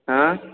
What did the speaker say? ହଁ